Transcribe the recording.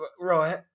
Right